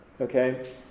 Okay